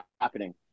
happening